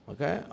Okay